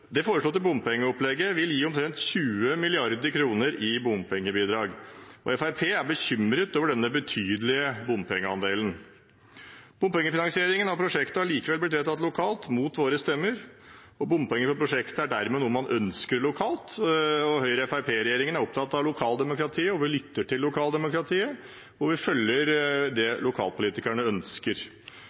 Det foreslåtte bompengeopplegget vil gi omtrent 20 mrd. kr i bompengebidrag. Fremskrittspartiet er bekymret over denne betydelige bompengeandelen. Bompengefinansieringen av prosjektet er likevel blitt vedtatt lokalt, mot våre stemmer. Bompenger på prosjektet er dermed noe man ønsker lokalt, og Høyre–Fremskrittsparti-regjeringen er opptatt av lokaldemokratiet, vi lytter til lokaldemokratiet, og vi følger det lokalpolitikerne ønsker.